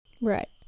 Right